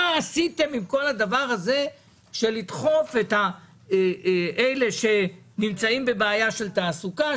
מה עשיתם עם כל הדבר של לדחוף את אלה שנמצאים בבעיה של תעסוקה,